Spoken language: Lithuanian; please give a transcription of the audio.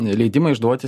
leidimai išduoti